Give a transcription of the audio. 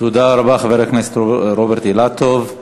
תודה רבה, חבר הכנסת רוברט אילטוב.